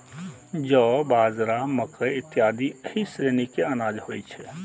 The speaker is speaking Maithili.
जौ, बाजरा, मकइ इत्यादि एहि श्रेणी के अनाज होइ छै